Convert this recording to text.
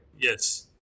Yes